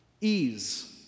ease